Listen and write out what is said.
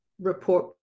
report